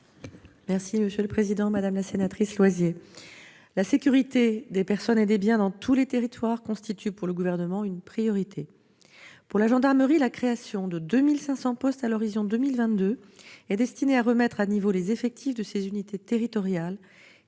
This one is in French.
est à Mme la ministre. Madame la sénatrice Loisier, la sécurité des personnes et des biens dans tous les territoires constitue pour le Gouvernement une priorité. La création de 2 500 postes à l'horizon 2022 est destinée à remettre à niveau les effectifs des unités territoriales